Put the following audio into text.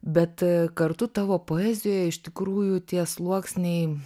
bet kartu tavo poezijoj iš tikrųjų tie sluoksniai